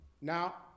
Now